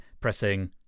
pressing